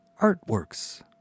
artworks